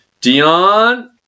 Dion